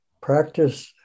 practice